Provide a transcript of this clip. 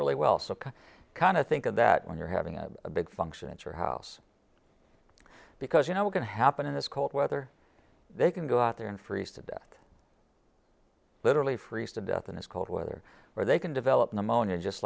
really well so i kind of think of that when you're having a big function at your house because you know we're going to happen in this cold weather they can go out there and freeze to death literally freeze to death in this cold weather or they can develop pneumonia